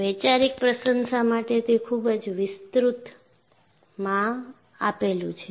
વૈચારિક પ્રશંસા માટે તે ખૂબ જ વિસ્તૃતમાં આપેલું છે